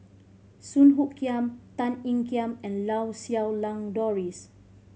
Song Hoot Kiam Tan Ean Kiam and Lau Siew Lang Doris